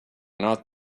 not